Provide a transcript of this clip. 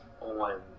On